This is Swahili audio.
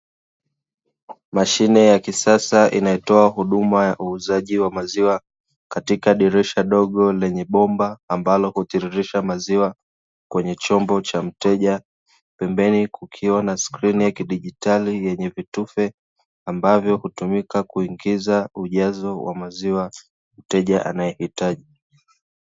Mashine ya kisasa inayotoa huduma ya uuzaji wa maziwa katika dirisha dogo lenye bomba ambalo hutiririsha maziwa kwenye chombo cha mteja pembeni kukiwa na skrini ya kidijitali yenye vitufe ambavyo hutumika kuingiza ujazo wa maziwa mteja anayehitaji.